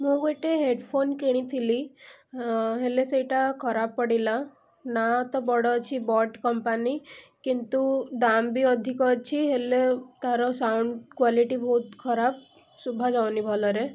ମୁଁ ଗୋଟେ ହେଡ଼ଫୋନ୍ କିଣିଥିଲି ହେଲେ ସେଇଟା ଖରାପ ପଡ଼ିଲା ନାଁ ତ ବଡ଼ ଅଛି ବୋଟ୍ କମ୍ପାନୀ କିନ୍ତୁ ଦାମ୍ ବି ଅଧିକ ଅଛି ହେଲେ ତା'ର ସାଉଣ୍ଡ କ୍ଵାଲିଟି୍ ବହୁତ ଖରାପ ଶୁଭାଯାଉନି ଭଲରେ